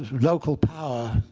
local power.